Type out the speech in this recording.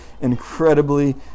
incredibly